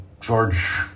George